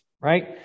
right